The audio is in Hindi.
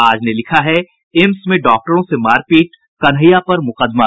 आज ने लिखा है एम्स में डॉक्टरों से मारपीट कन्हैया पर मुकदमा